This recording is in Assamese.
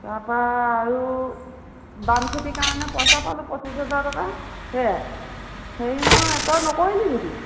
তাপা আৰু বাম খেতিৰ কাৰণে পইচা পালোঁ পঁচিছ হাজাৰ টকা সেয়াই হেৰি নহয় তই নকৰিলি নেকি